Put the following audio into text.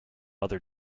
other